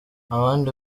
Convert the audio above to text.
abandi